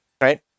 Right